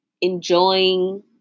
enjoying